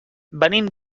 venim